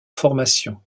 formation